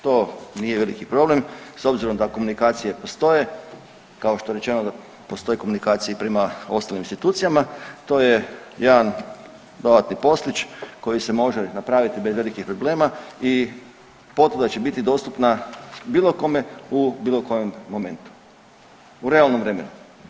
To nije veliki problem s obzirom da komunikacije postoje kao što je rečeno da postoje komunikacije i prema ostalim institucijama, to je je jedan dodatni poslić koji se može napraviti bez velikih problema i potvrda će biti dostupna bilo kome u bilo kojem momentu, u realnom vremenu.